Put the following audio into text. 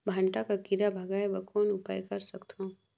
भांटा के कीरा भगाय बर कौन उपाय कर सकथव?